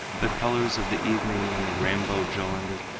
the colors of the evening and the rainbow joined,